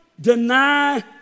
deny